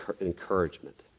encouragement